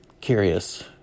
Curious